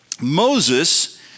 Moses